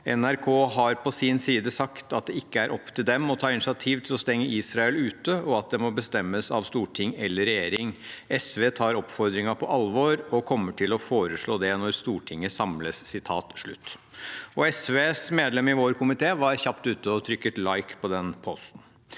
«NRK har på sin side sagt at det ikke er opp til dem å ta initiativ til å stenge Israel ute og at det må bestemmes av Storting eller regjering. SV tar oppfordringa på alvor og kommer til å foreslå det når Stortinget samles.» SVs medlem i vår komité var kjapt ute og trykket «like» på den posten.